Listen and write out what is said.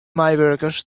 meiwurkers